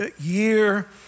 year